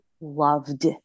loved